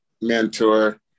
mentor